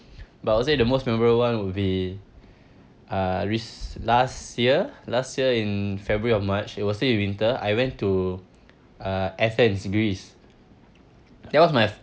but I would say the most memorable one would be uh rec~ last year last year in february or march it was still in winter I went to uh athens greece that was my